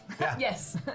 Yes